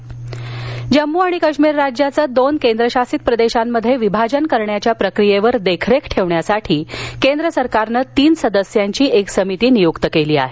जम्मू काश्मीर जम्मू आणि काश्मीर राज्याचं दोन केंद्रशासित प्रदेशांत विभाजन करण्याच्या प्रक्रियेवर देखरेबीसाठी केंद्र सरकारनं तीन सदस्यांची एक समिती नियुक्त केली आहे